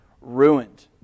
ruined